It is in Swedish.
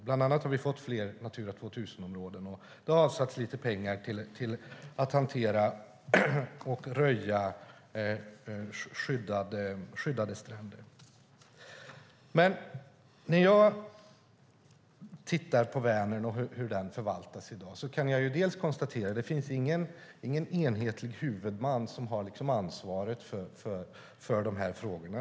Bland annat har vi fått fler Natura 2000-områden, och det har avsatts lite pengar till att hantera och röja skyddade stränder. Men när jag tittar på Vänern och hur den förvaltas i dag kan jag konstatera att det inte finns någon enhetlig huvudman som har ansvaret för de här frågorna.